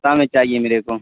شام میں چاہیے میرے کو